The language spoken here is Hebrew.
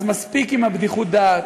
אז מספיק עם בדיחות הדעת.